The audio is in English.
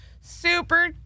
super